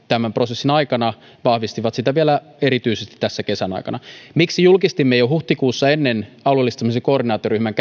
tämän prosessin aikana vahvistivat sitä vielä erityisesti tässä kesän aikana miksi julkistimme tämän jo huhtikuussa ennen alueellistamisen koordinaatioryhmän